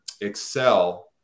excel